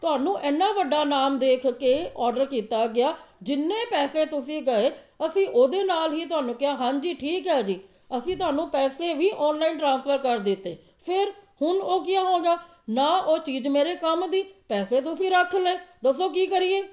ਤੁਹਾਨੂੰ ਐਨਾ ਵੱਡਾ ਨਾਮ ਦੇਖ ਕੇ ਔਡਰ ਕੀਤਾ ਗਿਆ ਜਿੰਨੇ ਪੈਸੇ ਤੁਸੀਂ ਕਹੇ ਅਸੀਂ ਉਹਦੇ ਨਾਲ਼ ਹੀ ਤੁਹਾਨੂੰ ਕਿਹਾ ਹਾਂਜੀ ਠੀਕ ਹੈ ਜੀ ਅਸੀਂ ਤੁਹਾਨੂੰ ਪੈਸੇ ਵੀ ਔਨਲਾਈਨ ਟਰਾਂਸਫਰ ਕਰ ਦਿੱਤੇ ਫਿਰ ਹੁਣ ਉਹ ਕੀ ਹੋ ਗਿਆ ਨਾ ਉਹ ਚੀਜ਼ ਮੇਰੇ ਕੰਮ ਦੀ ਪੈਸੇ ਤੁਸੀਂ ਰੱਖ ਲਏ ਦੱਸੋ ਕੀ ਕਰੀਏ